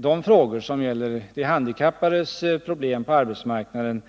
De frågor som gäller de handikappades problem på arbetsmarknaden